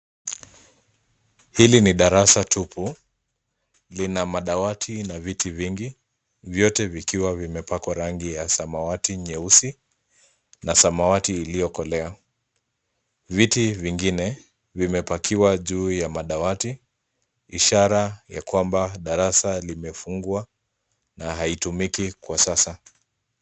Hili ni darasa tupu. Lina madawati na viti vingi vyote vikiwa vimepakwa rangi ya samawati nyeusi na samawati iliyokolea. Viti vingine vimepakiwa juu ya madawati ishara ya kwamba darasa limefungwa na haitumiki kwa sasa.